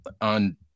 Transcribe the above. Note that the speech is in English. on